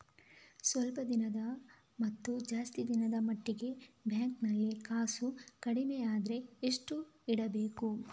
ಸ್ವಲ್ಪ ದಿನದ ಮತ್ತು ಜಾಸ್ತಿ ದಿನದ ಮಟ್ಟಿಗೆ ಬ್ಯಾಂಕ್ ನಲ್ಲಿ ಕಾಸು ಕಡಿಮೆ ಅಂದ್ರೆ ಎಷ್ಟು ಇಡಬೇಕು?